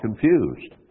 confused